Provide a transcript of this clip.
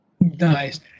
nice